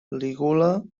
lígula